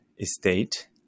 state